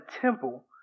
temple